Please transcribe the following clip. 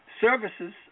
services